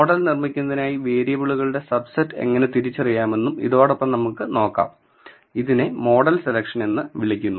model നിർമ്മിക്കുന്നതിനായി വേരിയബിളുകളുടെ subset എങ്ങനെ തിരിച്ചറിയാമെന്നും ഇതോടൊപ്പം നമുക്ക് നോക്കാം ഇതിനെ മോഡൽ സെലക്ഷൻ എന്ന് വിളിക്കുന്നു